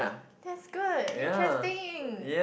that's good interesting